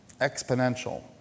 Exponential